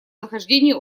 нахождении